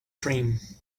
cream